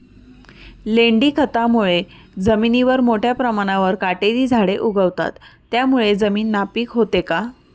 लेंडी खतामुळे जमिनीवर मोठ्या प्रमाणावर काटेरी झाडे उगवतात, त्यामुळे जमीन नापीक होते का?